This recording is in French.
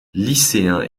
lycéens